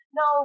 no